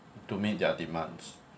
to meet their demands